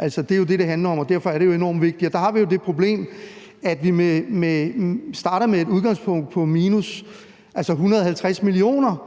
Det er jo det, det handler om, og derfor er det jo enormt vigtigt. Der har vi jo det problem, at vi starter med et udgangspunkt på minus 150 mio.